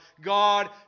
God